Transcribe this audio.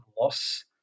loss